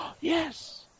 Yes